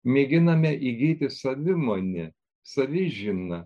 mėginame įgyti savimonę savižiną